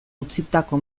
utzitako